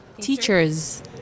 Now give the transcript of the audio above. Teachers